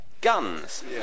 guns